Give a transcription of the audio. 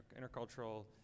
intercultural